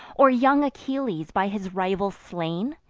or young achilles, by his rival slain?